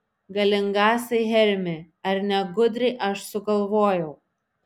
galingasai hermi ar ne gudriai aš sugalvojau